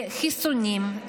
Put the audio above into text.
לחיסונים,